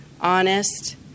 honest